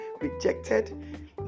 rejected